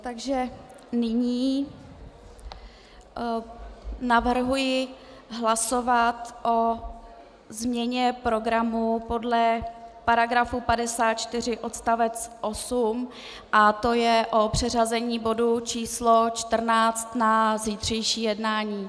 Takže nyní navrhuji hlasovat o změně programu podle § 54 odst. 8, tj. přeřazení bodu číslo 14 na zítřejší jednání.